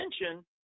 attention